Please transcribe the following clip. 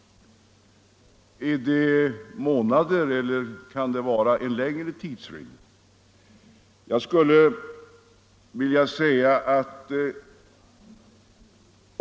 Är det månader eller en längre tidrymd?